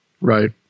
Right